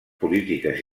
polítiques